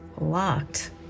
locked